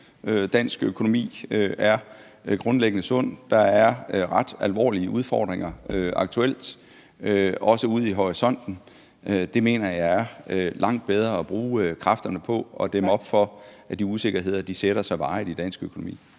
Dansk økonomi er grundlæggende sund, men der er ret alvorlige udfordringer aktuelt, også ude i horisonten. Det mener jeg er langt bedre at bruge kræfterne på at dæmme op for, så de usikkerheder ikke sætter sig varigt i dansk økonomi.